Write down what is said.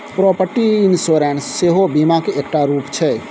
property insurance सेहो बीमाक एकटा रुप छै